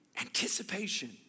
Anticipation